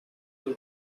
will